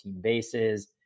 bases